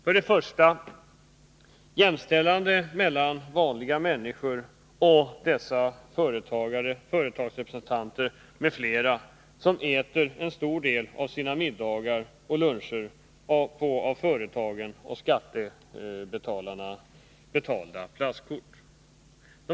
För det första skulle vi uppnå en viss jämställdhet mellan vanliga människor och dessa företagsrepresentanter och andra, som äter en stor del av sina middagar och luncher genom att betala med sina av företagen och skattebetalarna betalda plastkort.